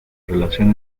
relación